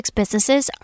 businesses